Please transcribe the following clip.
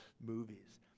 movies